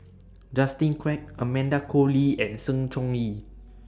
Justin Quek Amanda Koe Lee and Sng Choon Yee